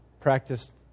practiced